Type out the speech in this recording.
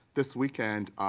this weekend,